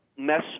Mess